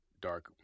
dark